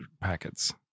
packets